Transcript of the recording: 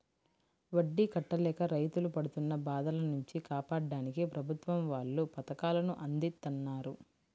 వడ్డీ కట్టలేక రైతులు పడుతున్న బాధల నుంచి కాపాడ్డానికి ప్రభుత్వం వాళ్ళు పథకాలను అందిత్తన్నారు